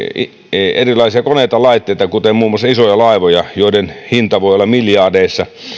erilaisia koneita ja laitteita kuten muun muassa isoja laivoja joiden hinta voi olla miljardeissa